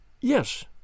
Yes